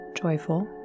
joyful